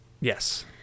Yes